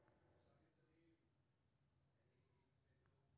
एकर उद्देश्य खेती मे निरंतरता सुनिश्चित करै खातिर किसानक आय कें स्थिर राखब सेहो छै